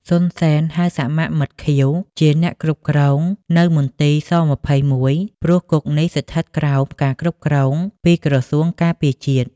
សុន សេន ហៅសមមិត្តខៀវ ជាអ្នកគ្រប់គ្រងនៅលើមន្ទីរ ស-២១ ព្រោះគុកនេះស្ថិតនៅក្រោមការគ្រប់គ្រងពីក្រសួងការពារជាតិ។